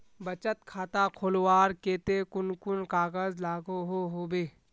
बचत खाता खोलवार केते कुन कुन कागज लागोहो होबे?